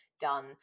done